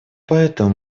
поэтому